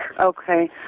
Okay